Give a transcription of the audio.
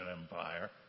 Empire